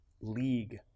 league